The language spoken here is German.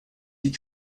die